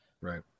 Right